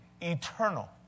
eternal